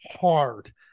hard